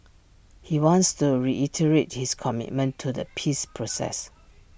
he wants to reiterate his commitment to the peace process